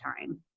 time